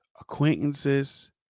acquaintances